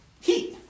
heat